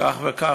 כך וכך.